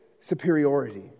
superiority